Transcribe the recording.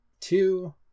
two